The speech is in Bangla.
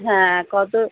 হ্যাঁ কত